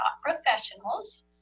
professionals